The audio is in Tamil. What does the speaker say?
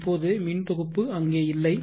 இப்போது மின் தொகுப்பு அங்கே இல்லை